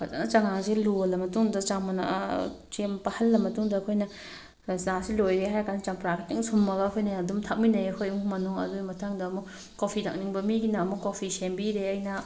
ꯐꯖꯅ ꯆꯉꯥꯡꯁꯦ ꯂꯣꯜꯂ ꯃꯇꯨꯡꯗ ꯆꯥ ꯃꯅꯥ ꯁꯦ ꯄꯥꯍꯜꯂ ꯃꯇꯨꯡꯗ ꯑꯩꯈꯣꯏꯅ ꯆꯥꯁꯦ ꯂꯣꯏꯔꯦ ꯍꯥꯏꯔꯀꯥꯟꯗ ꯆꯝꯄ꯭ꯔꯥ ꯈꯤꯇꯪ ꯁꯨꯝꯃꯒ ꯑꯩꯈꯣꯏꯅ ꯑꯗꯨꯝ ꯊꯛꯃꯤꯟꯅꯩ ꯑꯩꯈꯣꯏ ꯏꯃꯨꯡ ꯃꯅꯨꯡ ꯑꯗꯨꯒꯤ ꯃꯊꯪꯗ ꯑꯃꯨꯛ ꯀꯣꯐꯤ ꯊꯛꯅꯤꯡꯕ ꯃꯤꯒꯤꯅ ꯑꯃꯨꯛ ꯀꯣꯐꯤ ꯁꯦꯝꯕꯤꯔꯦ ꯑꯩꯅ